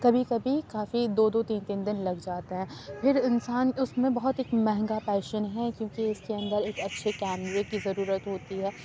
کبھی کبھی کافی دو دو تین تین دِن لگ جاتے ہیں پھر انسان اُس میں بہت مہنگا پیشن ہے کیوں کہ اِس کے اندر ایک اچھے کیمرے کی ضرورت ہوتی ہے